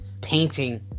painting